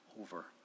over